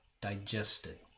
digested